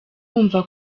wumva